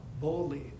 boldly